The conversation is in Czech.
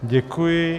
Děkuji.